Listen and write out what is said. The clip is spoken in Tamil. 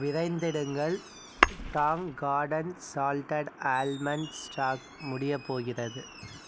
விரைந்திடுங்கள் Tong Garden salted almond stock முடியப் போகிறது